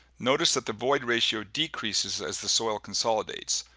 notice that the void ratio decreases as the soil consolidates,